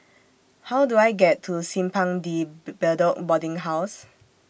How Do I get to Simpang De Bedok Boarding House